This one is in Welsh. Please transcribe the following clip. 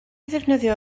ddefnyddio